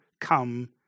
come